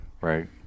right